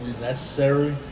necessary